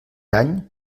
any